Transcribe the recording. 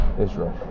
Israel